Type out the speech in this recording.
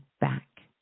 back